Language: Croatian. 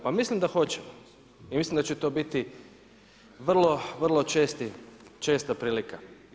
Pa mislim da hoće i mislim da će to biti vrlo često prilika.